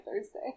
Thursday